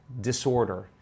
disorder